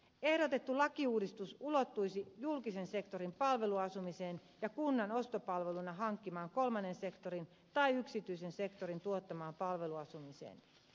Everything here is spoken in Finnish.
ehdotettu lakiuudistus ulottuisi julkisen sektorin palveluasumiseen ja kunnan ostopalveluna hankkimaan kolmannen sektorin tai yksityisen sektorin tuottamaan palveluasumiseen